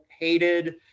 hated